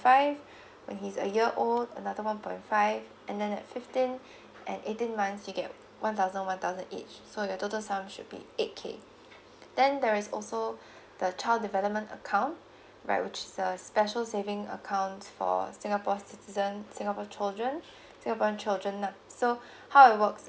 five when he's a year old another one point five and then at fifteen and eighteen months you get one thousand one thousand each so your total sum should be eight K then there is also the child development account right which is a special saving accounts for singapore citizen singapore children singaporean children lah so how it works